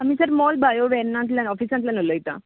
आमी sir mall बायो वेर्नांतल्याव ऑफीसांतल्यान उलयता